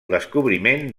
descobriment